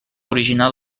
originar